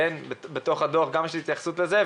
בתוך הדו"ח יש התייחסות לזה,